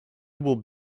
will